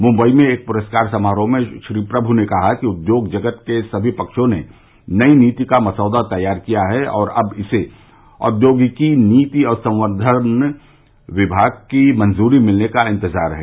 मुबई में एक पुरस्कार समारोह में श्री प्रषु ने कहा कि उद्योग जगत के सभी पक्षों ने नई नीति का मसौदा तैयार किया है और अब इसे औद्योगिकी नीति और संवर्धन विभाग की मंजूरी मिलने का इंतजार है